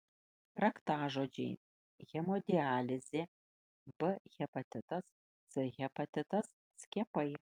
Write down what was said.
raktažodžiai hemodializė b hepatitas c hepatitas skiepai